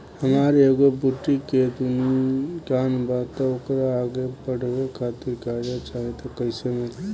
हमार एगो बुटीक के दुकानबा त ओकरा आगे बढ़वे खातिर कर्जा चाहि त कइसे मिली?